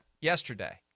yesterday